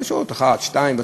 בשעות 13:00 14:00,